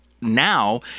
now